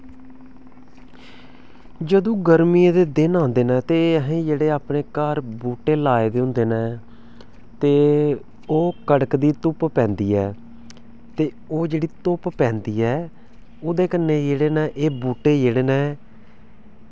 जदूं गरमियें दे दिन होंदे न ते असें अपने घर बूह्टे लाये दे होंदे न ते ओह् कड़कदी धुप्प पेंदी ऐआ ते ओह् जेह्ड़ी धुप्प पैंदी ऐ ओह्दे कन्नै एह् बूह्टे जेह्ड़े न